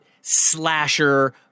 slasher